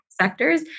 sectors